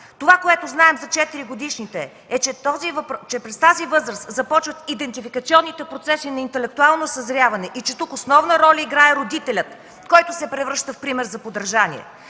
Това, което знаем за 4-годишните, е, че през тази възраст започват идентификационните процеси на интелектуално съзряване и че тук основна роля играе родителят, който се превръща в пример за подражание.